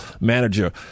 manager